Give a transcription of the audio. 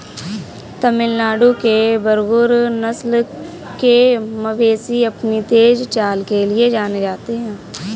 तमिलनाडु के बरगुर नस्ल के मवेशी अपनी तेज चाल के लिए जाने जाते हैं